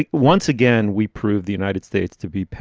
like once again, we proved the united states to be,